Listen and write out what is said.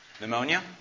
pneumonia